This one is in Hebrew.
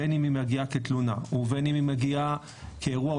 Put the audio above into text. בין אם היא מגיעה כתלונה ובין אם היא מגיעה כאירוע,